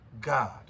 God